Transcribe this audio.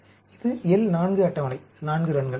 இது L 4 அட்டவணை 4 ரன்கள்